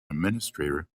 administrator